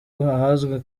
ahazwi